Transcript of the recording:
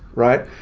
right?